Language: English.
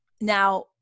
now